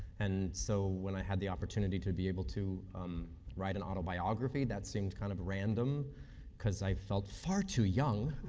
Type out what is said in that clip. and so, when i had the opportunity to be able to write an autobiography, that seems kind of random because i felt far too young